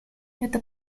это